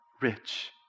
rich